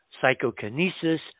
psychokinesis